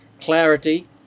clarity